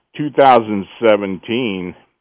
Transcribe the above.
2017